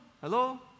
Hello